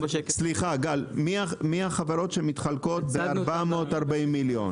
סליחה, גל, מי החברות שמתחלקות ב-440 מיליון.